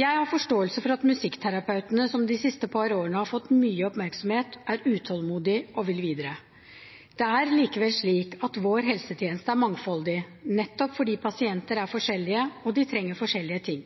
Jeg har forståelse for at musikkterapeutene som de siste par årene har fått mye oppmerksomhet, er utålmodige og vil videre. Det er likevel slik at vår helsetjeneste er mangfoldig, nettopp fordi pasienter er forskjellige og trenger forskjellige ting.